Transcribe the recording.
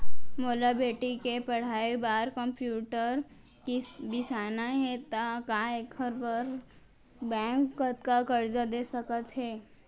मोला बेटी के पढ़ई बार कम्प्यूटर बिसाना हे त का एखर बर बैंक कतका करजा दे सकत हे?